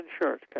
insurance